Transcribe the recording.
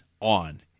on